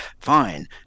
fine